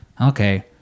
okay